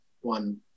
one